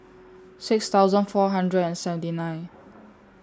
six thousand four hundred and seventy nine